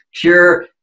pure